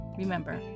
Remember